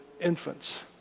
infants